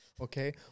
Okay